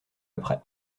après